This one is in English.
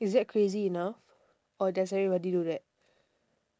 is that crazy enough or does everybody do that